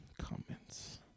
comments